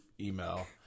email